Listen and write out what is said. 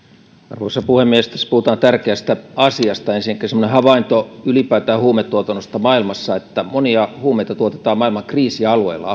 arvoisa puhemies tässä puhutaan tärkeästä asiasta ensinnäkin on semmoinen havainto ylipäätään huumetuotannosta maailmassa että monia huumeita tuotetaan maailman kriisialueilla